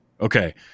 Okay